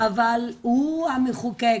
אבל הוא המחוקק,